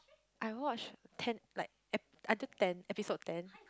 I watch ten like ep~ until ten episode ten